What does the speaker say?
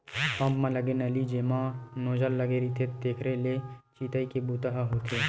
pump म लगे नली जेमा नोजल लगे रहिथे तेखरे ले छितई के बूता ह होथे